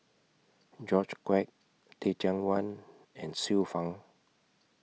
George Quek Teh Cheang Wan and Xiu Fang